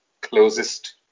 closest